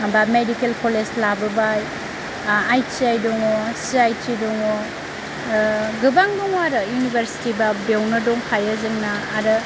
माबा medical college लाबोबाय बा आइ टि आइ दङ सि आइ टि दङ गोबां दङ आरो इउनिभारसिटि बाबो बेयावनो दंखायो जोंना आरो